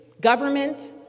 government